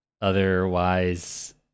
Otherwise